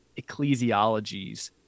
ecclesiologies